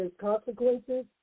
consequences